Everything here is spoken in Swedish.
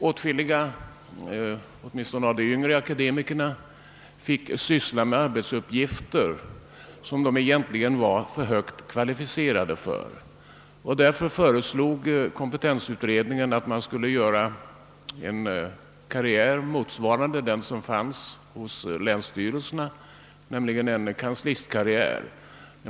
Åtskilliga av de yngre akademikerna fick syssla med arbetsuppgifter, som de egentligen var för högt kvalificerade för. Kompetensutredningen föreslog därför att man skulle göra en karriär motsvarande den som finns hos länsstyrelserna, nämligen en kanslistkarriär.